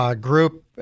Group